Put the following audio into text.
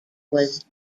was